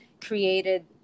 created